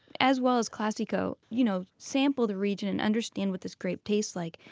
as well as classico. you know sample the region and understand what this grape tastes like.